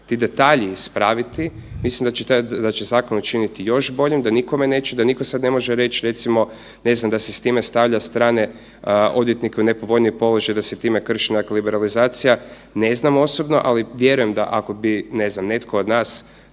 ti detalji ispraviti, mislim da će zakon učiniti još boljim, da nikome neće, da nitko sad ne može reći, recimo, ne znam da se s time stavlja strane odvjetnike u nepovoljniji položaj i da se time krši liberalizacija. Ne znam osobno, ali vjerujem da, ako bi ne znam, netko od nas